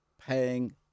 paying